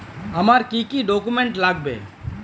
আমার কি কি ডকুমেন্ট লাগবে?